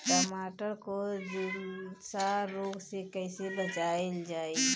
टमाटर को जुलसा रोग से कैसे बचाइल जाइ?